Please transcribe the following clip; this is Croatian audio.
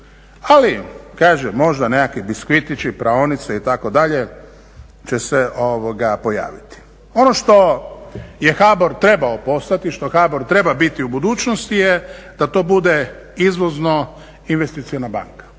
Ali, kažem, možda nekakvi biskvitići, praonice, itd. će se pojaviti. Ono što je HBOR trebao postati, što HBOR treba biti u budućnosti je da to bude izvozno investiciona banka.